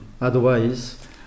Otherwise